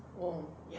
orh